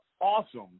awesome